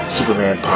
Superman